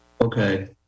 Okay